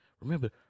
Remember